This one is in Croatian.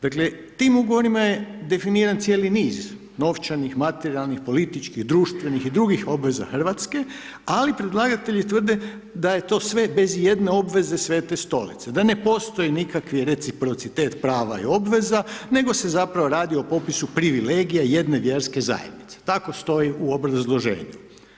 Dakle tim ugovorima je definiran cijeli niz, novčanih, materijalnih, političkih, društvenih i drugih obveza Hrvatske, ali predlagatelji tvrde da je to sve bez ijedne obveze Svete Stolice, da ne postoji nikakvi reciprocitet prava i obveza nego se zapravo radi o popisu privilegija jedne vjerske zajednice, tako stoji u obrazloženju.